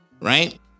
right